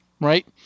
right